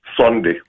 sunday